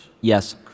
Yes